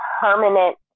permanent